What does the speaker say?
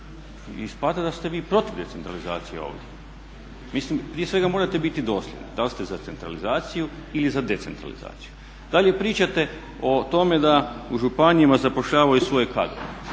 Ispada da ste vi protiv decentralizacije ovdje. Mislim prije svega morate biti dosljedni da li ste za centralizaciju ili za decentralizaciju. Dalje pričate o tome da u županijama zapošljavaju svoje kadrove.